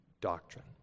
doctrine